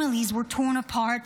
Families were torn apart,